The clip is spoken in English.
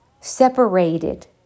separated